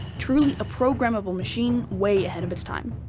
truly a programmable machine way ahead of its time.